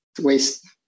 waste